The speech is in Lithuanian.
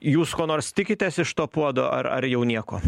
jūs ko nors tikitės iš to puodo ar ar jau nieko